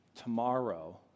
tomorrow